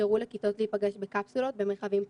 שאפשרו לכיתות להיפגש בקפסולות במרחבים פתוחים.